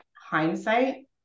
hindsight